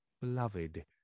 beloved